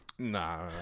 Nah